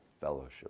fellowship